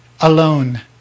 alone